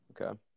Okay